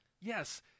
yes